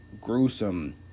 gruesome